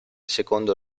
secondo